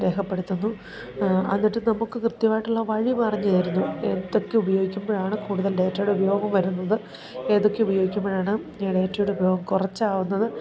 രേഖപ്പെടുത്തുന്നു എന്നിട്ട് നമുക്ക് കൃത്യമായിട്ടുള്ള വഴി പറഞ്ഞുതരുന്നു എന്തൊക്കെ ഉപയോഗിക്കുമ്പോഴാണ് കൂടുതൽ ഡേറ്റയുടെ ഉപയോഗം വരുന്നത് ഏതൊക്കെ ഉപയോഗിക്കുമ്പോഴാണ് ഡേറ്റയുടെ ഉപയോഗം കുറച്ചാവുന്നത്